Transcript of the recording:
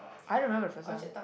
I remember first one